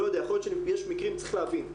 לא יודע, יכול להיות שיש מקרים, צריך להבין.